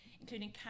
including